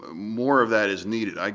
ah more of that is needed.